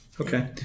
Okay